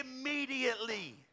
immediately